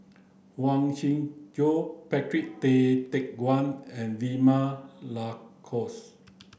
Huang Shiqi Joan Patrick Tay Teck Guan and Vilma Laus